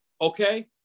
Okay